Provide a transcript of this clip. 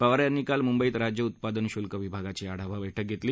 पवार यांनी काल मुंबईत राज्य उत्पादन शुल्क विभागाची आढावा बैठक घेतली